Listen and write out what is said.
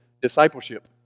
discipleship